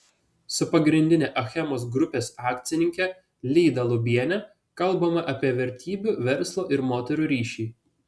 su pagrindine achemos grupės akcininke lyda lubiene kalbame apie vertybių verslo ir moterų ryšį